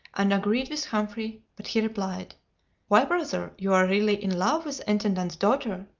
and agreed with humphrey, but he replied why, brother, you are really in love with the intendant's daughter.